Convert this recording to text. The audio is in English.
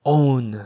own